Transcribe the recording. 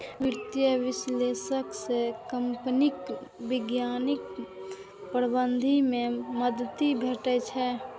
वित्तीय विश्लेषक सं कंपनीक वैज्ञानिक प्रबंधन मे मदति भेटै छै